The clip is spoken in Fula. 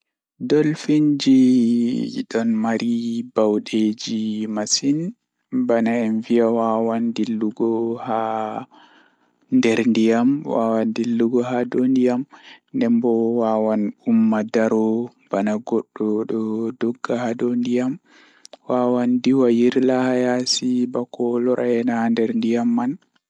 Dolphins ɓe njifti ko tawii e hoore mum ko ɓe njangol kaɗɗum njiyam. ɓe waawi ngoodi so tawii ɓe njifti ko e sa'a. ɓe njangol ko tawii e njangol ɓe jooɗi fi njeldu. Kadi, ɓe njifti ko ɓe njangol so ndiyam njifti ngal.